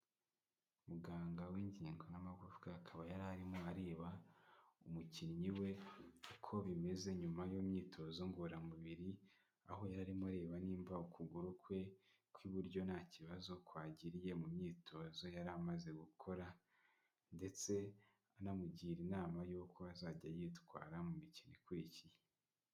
Muganga w'ingingo n'amagufwa, akaba yari arimo areba umukinnyi we uko bimeze nyuma y'imyitozo ngororamubiri. Aho yari arimo areba nimba ukuguru kwe kw'iburyo nta kibazo kwagiriye mu myitozo yari amaze gukora, ndetse anamugira inama y'uko azajya yitwara mu mikino ikurikiye.